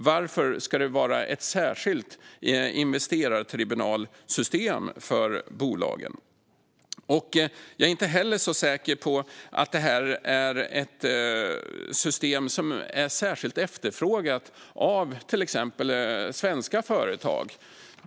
Varför ska det vara ett särskilt investerartribunalsystem för bolagen? Jag är inte heller så säker på att det är ett system som är särskilt efterfrågat av till exempel svenska företag.